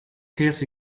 sales